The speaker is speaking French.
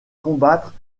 combattre